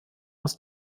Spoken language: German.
aus